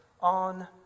on